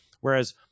Whereas